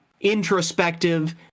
introspective